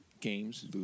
Games